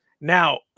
Now